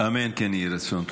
אמן כן יהי רצון.